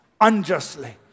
unjustly